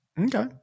Okay